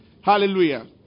Hallelujah